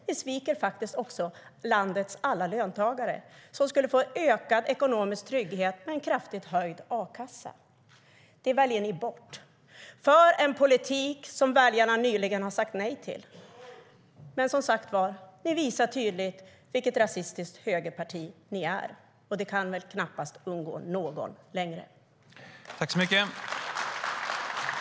Ni sviker faktiskt också landets alla löntagare, som skulle få ökad ekonomiskt trygghet med en kraftigt höjd a-kassa.